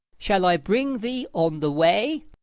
shall i bring thee on the way?